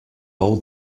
all